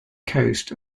coast